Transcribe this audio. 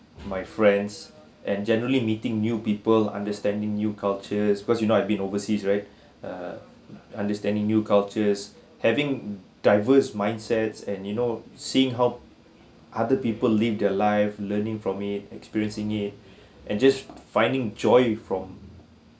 my friends and generally meeting new people understanding new culture because you know I've been overseas right uh understanding new cultures having diverse mindsets and you know seeing how other people live their life learning from it experiencing it and just finding joy from